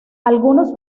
algunos